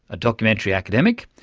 a documentary academic,